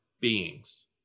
beings